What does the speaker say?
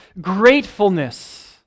gratefulness